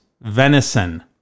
venison